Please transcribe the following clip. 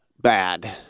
Bad